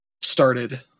started